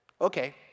Okay